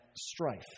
strife